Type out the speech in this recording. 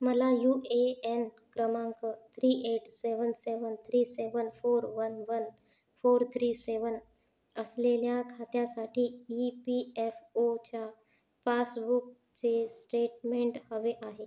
मला U A N क्रमांक three eight seven seven three seven four one one four three seven असलेल्या खात्यासाठी E P F ओच्या पासबुकचे स्टेटमेंट हवे आहे